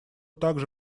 также